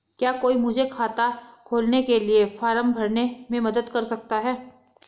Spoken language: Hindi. क्या कोई मुझे खाता खोलने के लिए फॉर्म भरने में मदद कर सकता है?